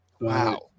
wow